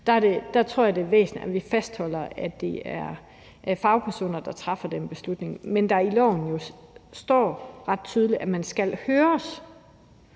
Der tror jeg, det er væsentligt, at vi fastholder, at det er fagpersoner, der træffer den beslutning. Men i loven står der ret tydeligt, at barnet skal høres.